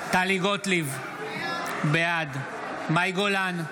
גוטליב, בעד מאי גולן,